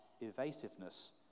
evasiveness